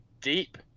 deep